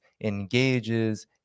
engages